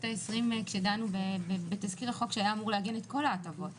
ה-20 כשדנו בתזכיר החוק שהיה אמור לעגן את כל ההטבות